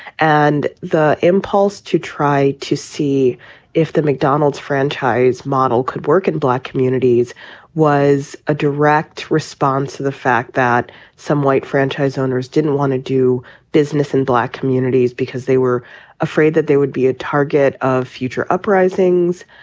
and the impulse to try to see if the mcdonald's franchise model could work in black communities was a direct response to the fact that some white franchise owners didn't want to do business in black communities because they were afraid that there would be a target of future uprisings.